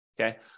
Okay